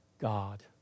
God